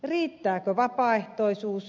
riittääkö vapaaehtoisuus